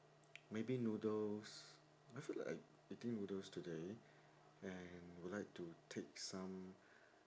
maybe noodles I feel like I eating noodles today and would like to take some